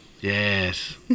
Yes